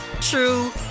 true